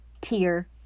Tier